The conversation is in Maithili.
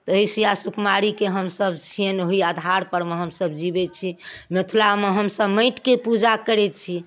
तऽ ओहि सिया सुकुमारीके हम सब छिअनि ओहि आधार परमे हमसब जीबैत छी मिथिलामे हमसब माटिकॆ पूजा करैत छी